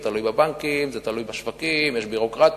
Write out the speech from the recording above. זה תלוי בבנקים, זה תלוי בשווקים, יש ביורוקרטיה.